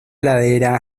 ladera